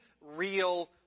real